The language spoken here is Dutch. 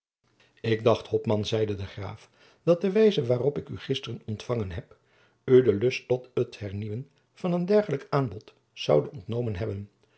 ik dacht hopman zeide de graaf dat de wijze waarop ik u gisteren ontfangen heb u de lust tot het hernieuwen van een dergelijk aanbod zoude ontnomen hebben